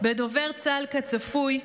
בדובר צה"ל, כצפוי,